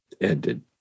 ended